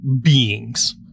beings